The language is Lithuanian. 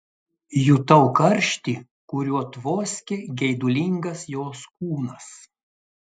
jutau karštį kuriuo tvoskė geidulingas jos kūnas